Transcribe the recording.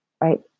right